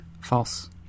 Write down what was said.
False